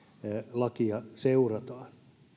lakia seurataan